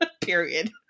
Period